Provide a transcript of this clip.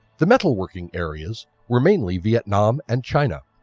the metal working areas were mainly vietnam and china.